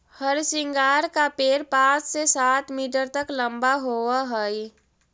हरसिंगार का पेड़ पाँच से सात मीटर तक लंबा होवअ हई